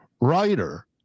writer